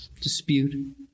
Dispute